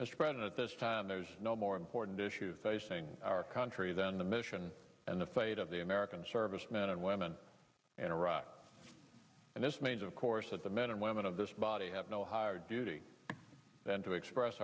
president this time there's no more important issues facing our country than the mission and the fate of the american servicemen and women in iraq and this means of course that the men and women of this body have no higher duty than to express